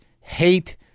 hate